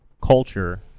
culture